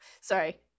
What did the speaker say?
Sorry